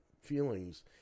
feelings